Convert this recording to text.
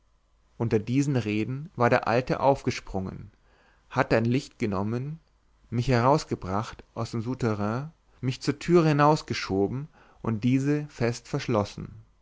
unter diesen reden war der alte aufgesprungen hatte ein licht genommen mich herausgebracht aus dem souterrain mich zur türe hinausgeschoben und diese fest verschlossen